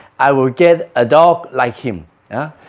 i will get a dog like him yeah,